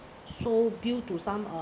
so due to some uh